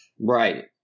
Right